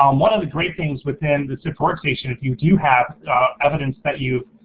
um one of the great things within the sift workstation, if you do have evidence that you